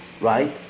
right